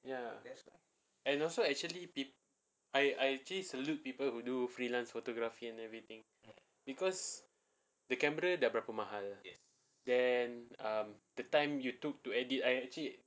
ya and also actually pe~ I I actually salute people who do freelance photography and everything because the camera dah berapa mahal then err the time you took to edit I actually